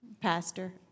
pastor